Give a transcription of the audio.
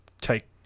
take